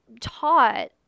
taught